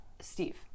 steve